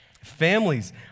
Families